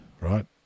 right